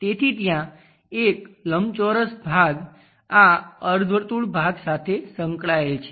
તેથી ત્યાં એક લંબચોરસ ભાગ આ અર્ધવર્તુળ ભાગ સાથે સંકળાયેલ છે